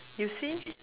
you see